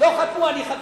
אני חתמתי.